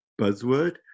buzzword